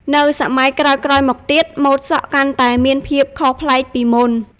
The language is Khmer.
នៅសម័យក្រោយៗមកទៀត ម៉ូតសក់កាន់តែមានភាពខុសប្លែកពីមុន។